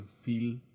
feel